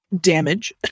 damage